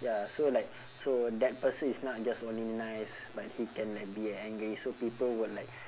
ya so like so that person is not just only nice but he can like be angry so people would like